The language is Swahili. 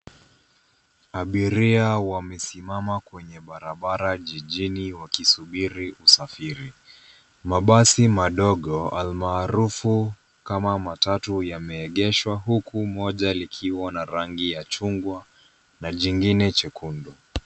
Abiria wamesimama kwenye barabara jijini, wakisubiri usafiri. Mabasi madogo, almaarufu kama matatu, yameegeshwa, huku moja likiwa na rangi ya chungwa na jingine chekundu.